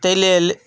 ताहि लेल